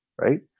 right